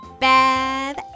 bad